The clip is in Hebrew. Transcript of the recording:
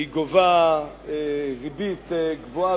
הממשלה גובה ריבית גבוהה,